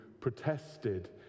protested